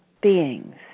beings